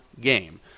game